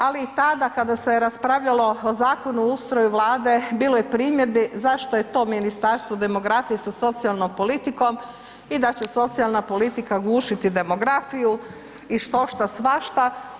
Ali i tada kada se je raspravljalo o Zakonu o ustroju vlade bilo je primjedbi zašto je to Ministarstvo demografije sa socijalnom politikom i da će socijalna politika gušiti demografiju i štošta svašta.